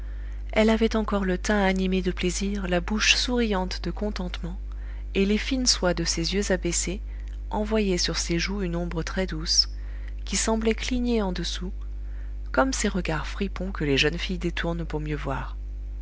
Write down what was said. elle avait encore le teint animé de plaisir la bouche souriante de contentement et les fines soies de ses yeux abaissés envoyaient sur ses joues une ombre très-douce qui semblait cligner en dessous comme ces regards fripons que les jeunes filles détournent pour mieux voir